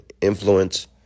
influence